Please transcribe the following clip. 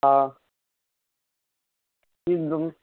ஆ